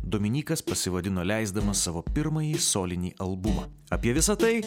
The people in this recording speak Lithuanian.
dominykas pasivadino leisdamas savo pirmąjį solinį albumą apie visa tai